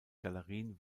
galerien